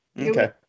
Okay